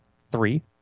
three